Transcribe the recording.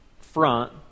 front